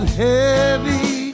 heavy